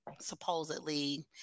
supposedly